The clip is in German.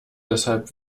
deshalb